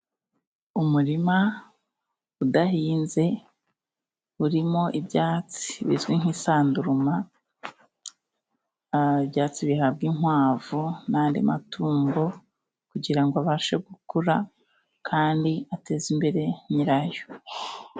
Umurima udahinze urimo ibyatsi bizwi nk'isanduruma, ibyatsi bihabwa inkwavu n'andi matungo kugirango abashe gukura kandi ateze imbere nyirayo.